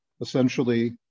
essentially